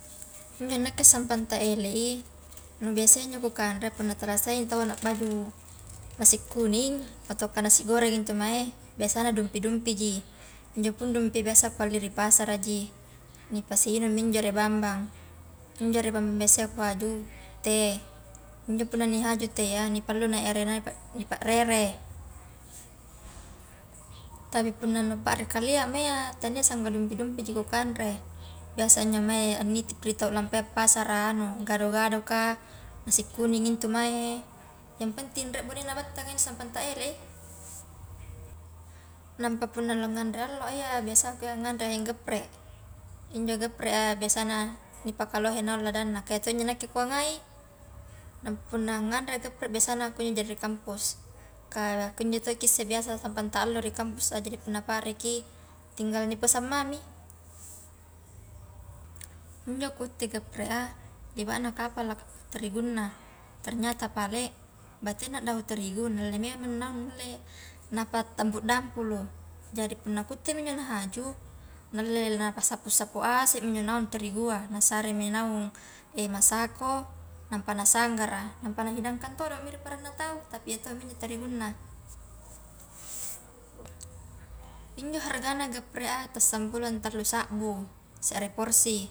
Injo nakke punna sampang ta ele i nu biasa iya injo ku kanre punnatala saingi taua la baju nasi kuning ataukah nasi goreng intu mae biasana dumpi-dumpiji, injopun dumpi biasa kuhalli ri pasaraji, nipasinungmi injo ere bambang, injo ri biasa ia kuhaju teh, injo punna ni hajui teh ya nipallu nak erena ni pa rere, tapi punna nu pa re kaleama iya tania sangga dumpi-dumpiji ku kanre, biasa injo mae a nitip ri tau lampaia pasara anu gado-gado kah, nasi kuning intu mae, yang penting rie bonena battanga iya sampang ta ele, napa punna la nganre alloa iya biasaku iya nganre ayam geprek, injo geprek a biasana nipakalohe naung ladanna ka iya to ji injo nakke kuangai, nampa punna nganre geprek biasana kunjoja ri kampus, kah kunjo tokki isse biasa sampang ta alloi ri kampus a jadi punnapa reki tinggal ni pesan mami, injo kutte geprek a lebana kapala tarigunna ternyata pale batena dahu terigu nalle memang naung nalle napata tampu-dampulu, jadi punna kuttemi injo nahaju, nalle napassapu-sapu asemmi injo naung tarigua, nasaremi naung masako, nampa nasanggara nampa nahidangkan todomi ri paranna tau tapi iya to mi injo tarigunna, injo hargana geprek a ta sampulong tallu sabbu serre porsi.